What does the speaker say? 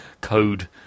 code